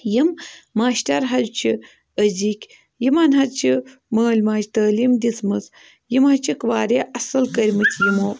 یِم ماشٹَر حظ چھِ أزِکۍ یِمَن حظ چھِ مٲلۍ ماجہِ تٲلیٖم دِژمٕژ یِم حظ چھِکھ واریاہ اَصٕل کٔرۍمٕتۍ یِمو